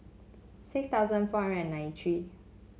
six thousand four hundred and ninety three